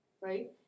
Right